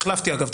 החלפתי אגב,